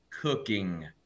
cooking